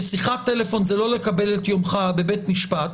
שיחת טלפון זה לא לקבל את יומך בבית משפט